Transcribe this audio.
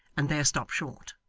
and there stop short,